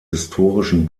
historischen